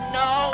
no